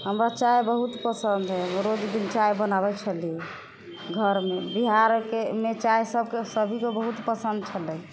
हमरा चाइ बहुत पसन्द हइ रोज दिन चाइ बनाबै छली घरमे बिहारमे चाइ सबके बहुत पसन्द छलै